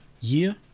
year